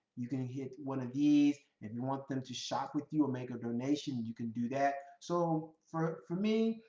you can hit one of these. if you want them to shop with you or make a donation, you can do that. so for for me,